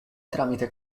tramite